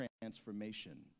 transformation